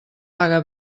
paga